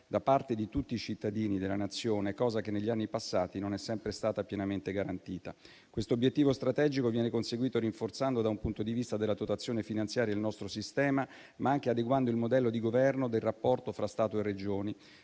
da parte di tutti i cittadini della Nazione, cosa che negli anni passati non è sempre stata pienamente garantita. Quest'obiettivo strategico viene conseguito rinforzando da un punto di vista della dotazione finanziaria il nostro sistema, ma anche adeguando il modello di governo del rapporto fra Stato e Regioni.